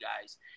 guys